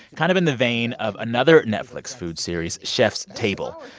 kind of in the vein of another netflix food series chef's table.